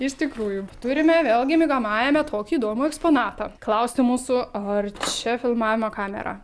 iš tikrųjų turime vėlgi miegamajame tokį įdomų eksponatą klausia mūsų ar čia filmavimo kamera